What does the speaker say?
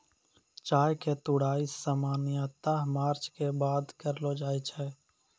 चाय के तुड़ाई सामान्यतया मार्च के बाद करलो जाय छै